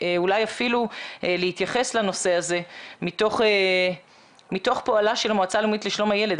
אולי אפילו להתייחס לנושא הזה מתוך פועלה של המועצה הלאומית לשלום הילד.